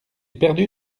perdu